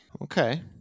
Okay